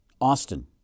Austin